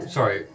Sorry